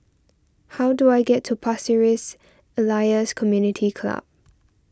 how do I get to Pasir Ris Elias Community Club